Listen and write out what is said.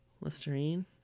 Listerine